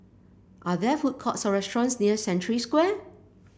are there food courts or restaurants near Century Square